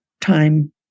time